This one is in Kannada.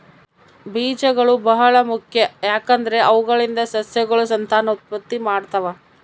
ಬೀಜಗಳು ಬಹಳ ಮುಖ್ಯ, ಯಾಕಂದ್ರೆ ಅವುಗಳಿಂದ ಸಸ್ಯಗಳು ಸಂತಾನೋತ್ಪತ್ತಿ ಮಾಡ್ತಾವ